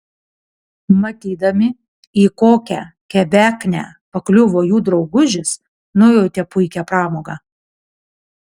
matydami į kokią kebeknę pakliuvo jų draugužis nujautė puikią pramogą